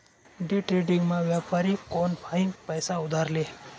डेट्रेडिंगमा व्यापारी कोनफाईन पैसा उधार ले